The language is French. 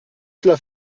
cela